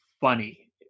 funny